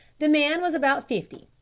the man was about fifty,